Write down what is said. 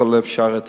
ככל האפשר,